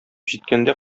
җиткәндә